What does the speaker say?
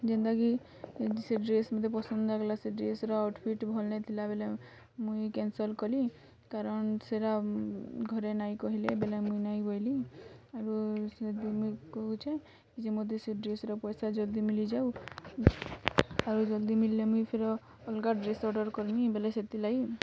ଯେନ୍ତା କି ଏ ସେ ଡ୍ରେସ୍ ମୋତେ ପସନ୍ଦ ନାଇଁ ଲାଗିଲା ସେ ଡ୍ରେସ୍ର ଆଉଟ୍ ଫିଟ୍ ଭଲ୍ ନାଇଁ ଥିଲା ବୋଲେ ମୁଇଁ କ୍ୟାନ୍ସଲ୍ କଲି କାରଣ ସେଇଟା ଘରେ ନାଇଁ କହିଲେ ବେଲେ ମୁଇଁ ନାଇଁ ବୋଇଲି ଆରୁ ସେଇଥି ପାଇଁ ମୁଇଁ କହୁଛେ ଯେ ମୋତେ ସେ ଡ୍ରେସ୍ର ପଇସା ଜଲ୍ଦି ମିଲି ଯାଉ ଆଉ ଜଲ୍ଦି ମିଲିଲେ ମୁଇଁ ଫିର ଅଲଗା ଡ୍ରେସ୍ ଅର୍ଡ଼ର୍ କରିମି ବେଲେ ସେଥି ଲାଗି